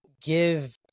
give